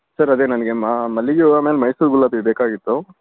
sir ಅದೆ ನನಗೆ ಮಲ್ಲಿಗೆ ಹೂ ಆಮೇಲೆ ಮೈಸೂರು ಗುಲಾಬಿ ಬೇಕಾಗಿತ್ತು